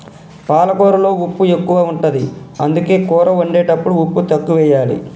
పాలకూరలో ఉప్పు ఎక్కువ ఉంటది, అందుకే కూర వండేటప్పుడు ఉప్పు తక్కువెయ్యాలి